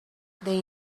they